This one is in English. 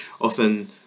Often